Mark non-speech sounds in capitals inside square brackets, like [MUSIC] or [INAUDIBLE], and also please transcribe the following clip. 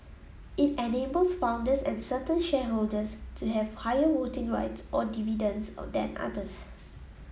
it enables founders and certain shareholders to have higher voting rights or dividends [UNINTELLIGIBLE] than others